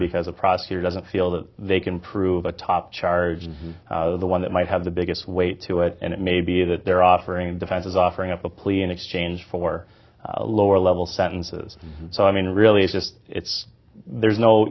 because a prosecutor doesn't feel that they can prove a top charge the one that might have the biggest weight to it and it may be that they're offering the defense is offering up a plea in exchange for lower level sentences so i mean really it's just it's there's no